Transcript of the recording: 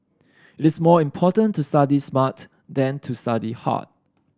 it's more important to study smart than to study hard